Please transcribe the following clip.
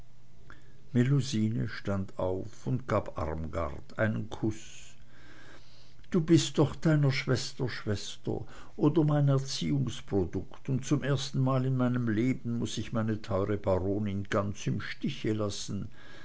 stand auf und gab armgard einen kuß du bist doch deiner schwester schwester oder mein erziehungsprodukt und zum erstenmal in meinem leben muß ich meine teure baronin ganz im stiche lassen